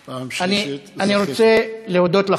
פעם שלישית,